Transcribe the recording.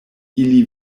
ili